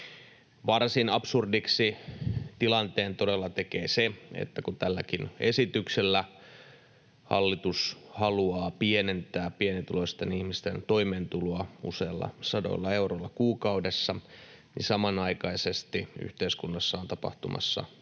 Varsin absurdiksi tilanteen todella tekee se, että kun tälläkin esityksellä hallitus haluaa pienentää pienituloisten ihmisten toimeentuloa useilla sadoilla euroilla kuukaudessa, niin samanaikaisesti yhteiskunnassa on tapahtumassa niitä